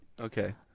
Okay